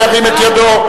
ירים את ידו.